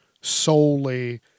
solely